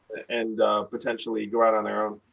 and potentially go out on their own.